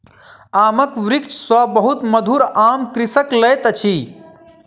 आमक वृक्ष सॅ बहुत मधुर आम कृषक लैत अछि